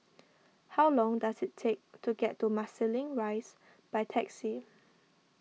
how long does it take to get to Marsiling Rise by taxi